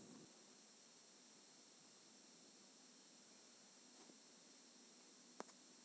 हल्दी के कौन बीज अधिक उपजाऊ?